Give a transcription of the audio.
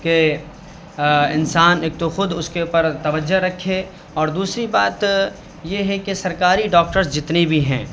کہ انسان ایک تو خود اس کے اوپر توجہ رکھے اور دوسری بات یہ ہے کہ سرکاری ڈاکٹرس جتنے بھی ہیں